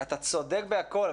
אתה צודק בכול,